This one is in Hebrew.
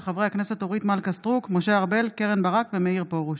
חברי הכנסת מיכל רוזין וגלעד קריב בנושא: